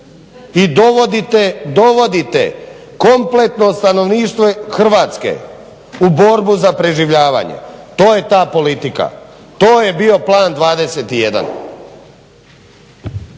i dovodite kompletno stanovništvo Hrvatske u borbu za preživljavanje. To je ta politika, to je bio Plan 21.